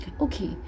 Okay